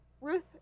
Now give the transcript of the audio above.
ruth